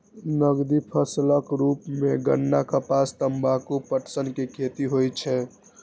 नकदी फसलक रूप मे गन्ना, कपास, तंबाकू, पटसन के खेती होइ छै